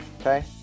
okay